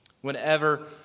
Whenever